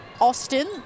austin